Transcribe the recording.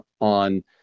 on